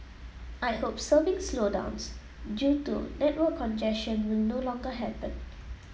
I hope surfing slowdowns due to network congestion will no longer happen